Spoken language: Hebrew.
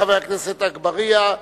חבר הכנסת עפו אגבאריה,